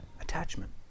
attachment